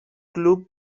club